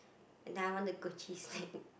and then I want a Gucci snake